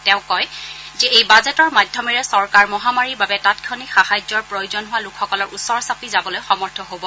তেওঁ কয় যে এই বাজেটৰ মাধ্যমেৰে চৰকাৰ মহামাৰীৰ বাবে তাংক্ষণিক সাহায্যৰ প্ৰয়োজন হোৱা লোকসকলৰ ওচৰ চাপি যাবলৈ সমৰ্থ হব